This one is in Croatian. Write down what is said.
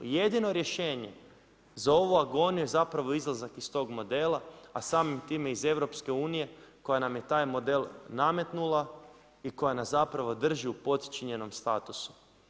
Jedino rješenje, za ovu agoniju je zapravo izlazak iz tog modela, a samim time iz EU, koja nam je taj model nametnula i koja nas zapravo drži u podčinjenom statusu.